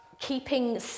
Keeping